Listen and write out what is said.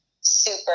super